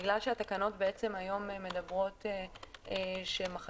בגלל שהתקנות בעצם היום מדברות שחלק